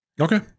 Okay